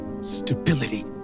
stability